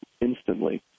instantly